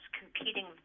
competing